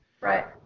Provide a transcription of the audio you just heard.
Right